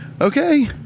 Okay